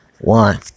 one